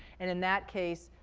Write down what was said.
and in that case,